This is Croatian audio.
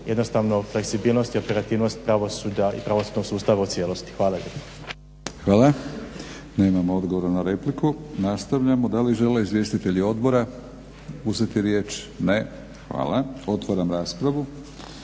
jednostavno fleksibilnost i operativnost pravosuđa i pravosudnog sustava u cijelosti. Hvala lijepo. **Batinić, Milorad (HNS)** Hvala. Nemamo odgovor na repliku. Nastavljamo. Da li žele izvjestitelji odbora uzeti riječ? Ne. Hvala. Otvaram raspravu.